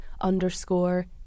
underscore